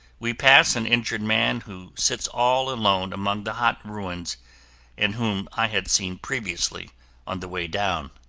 we pass an injured man who sits all alone among the hot ruins and whom i had seen previously on the way down.